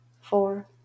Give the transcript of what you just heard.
four